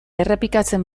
errepikatzen